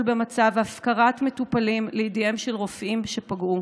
במצב והפקרת מטופלים בידיהם של רופאים שפגעו.